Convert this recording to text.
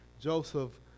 Joseph